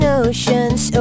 oceans